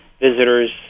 visitors